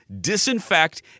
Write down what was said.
disinfect